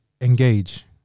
engage